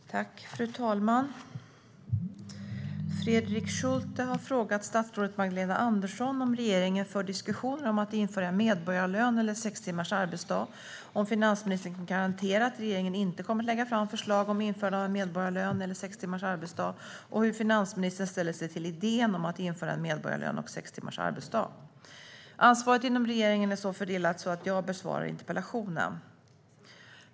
Svar på interpellationer Fru talman! Fredrik Schulte har frågat finansminister Magdalena Andersson om regeringen för diskussioner om att införa medborgarlön eller sex timmars arbetsdag, om finansministern kan garantera att regeringen inte kommer att lägga fram förslag om införandet av medborgarlön eller sex timmars arbetsdag och hur finansministern ställer sig till idén om att införa medborgarlön och sex timmars arbetsdag. Ansvaret inom regeringen är så fördelat att jag besvarar interpellationen.